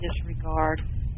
disregard